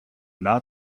not